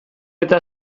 eta